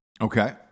Okay